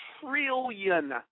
trillion